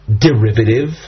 derivative